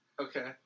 Okay